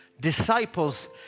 disciples